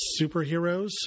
superheroes